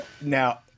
now